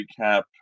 recap